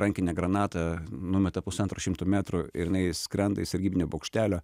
rankinę granatą numeta pusantro šimto metrų ir jinai skrenda į sargybinio bokštelio